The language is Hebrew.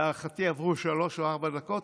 להערכתי, עברו שלוש או ארבע דקות.